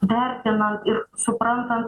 vertina ir supranta